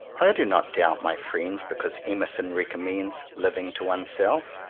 i do not doubt my friends because emer son recommends living to oneself.